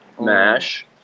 mash